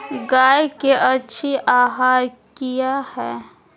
गाय के अच्छी आहार किया है?